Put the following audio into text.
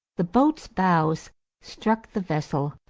the boat's bows struck the vessel,